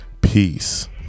Peace